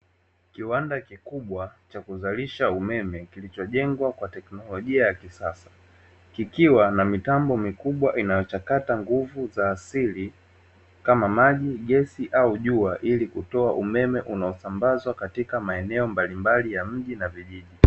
Kiwanda kikubwa cha kuzalisha umeme kilichojengwa kwa teknolojia ya kisasa kikiwa na mitambo mikubwa inayochakata nguvu za asili kama maji, gesi au jua ili kutoa umeme unaosambazwa katika maeneo mbalimbali ya mji na vijiji.